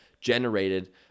generated